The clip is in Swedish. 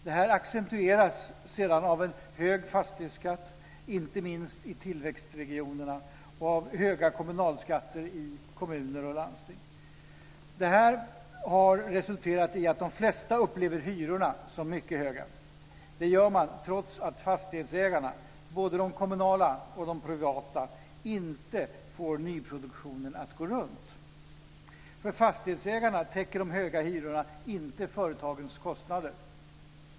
Detta accentueras sedan av en hög fastighetsskatt, inte minst i tillväxtregionerna, och av höga kommunalskatter i kommuner och landsting. Detta har resulterat i att de flesta upplever hyrorna som mycket höga. Det gör man trots att fastighetsägarna, både de kommunala och de privata, inte får nyproduktionen att gå runt. För fastighetsägarna täcker de höga hyrorna inte företagens kostnader.